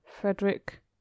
Frederick